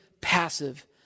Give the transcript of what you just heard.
passive